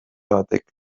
batek